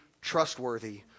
trustworthy